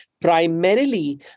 primarily